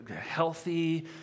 healthy